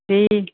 दे